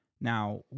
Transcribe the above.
now